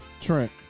Trent